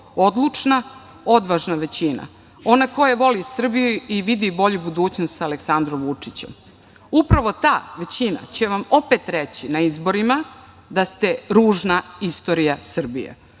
odlučna, odvažna većina, ona koja voli Srbiju i vidi bolju budućnost sa Aleksandrom Vučićem. Upravo ta većina, će vam opet reći na izborima da ste ružna istorija Srbije.U